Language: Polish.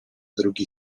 drugi